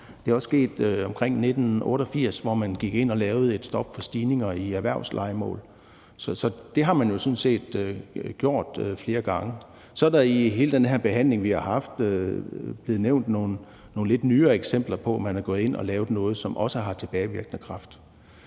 Det er også sket omkring 1988, hvor man gik ind og lavede et stop for stigninger i erhvervslejemål. Så det har man sådan set gjort flere gange. Så er der i hele den her behandling, vi har haft, blevet nævnt nogle lidt nyere eksempler på, at man er gået ind og har lavet noget, som også har tilbagevirkende kraft.